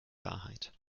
wahrheit